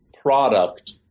product